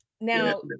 Now